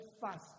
fast